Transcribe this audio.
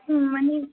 মানে